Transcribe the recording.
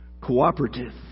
Cooperative